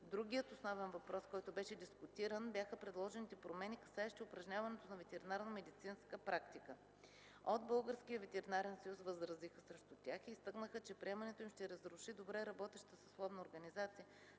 Другият основен въпрос, които беше дискутиран бяха предложените промени, касаещи упражняването на ветеринарномедицинска практика. От Българския ветеринарен съюз възразиха срещу тях и изтъкнаха, че приемането им ще разруши добре работеща съсловна организация,